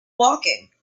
woking